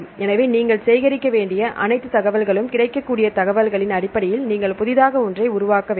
எனவே நீங்கள் சேகரிக்க வேண்டிய அனைத்து தகவல்களும் கிடைக்கக்கூடிய தகவல்களின் அடிப்படையில் நீங்கள் புதிதாக ஒன்றை உருவாக்க வேண்டும்